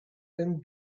and